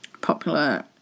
popular